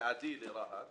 בלעדי לרהט